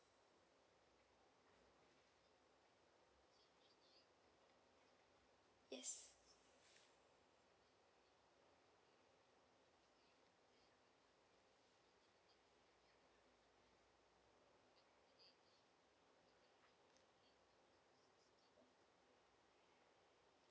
yes